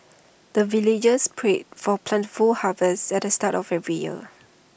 the villagers pray for plentiful harvest at the start of every year